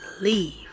leave